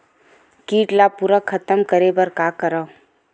कीट ला पूरा खतम करे बर का करवं?